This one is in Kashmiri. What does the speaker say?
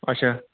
اچھا